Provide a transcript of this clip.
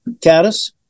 caddis